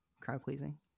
crowd-pleasing